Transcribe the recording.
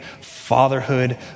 fatherhood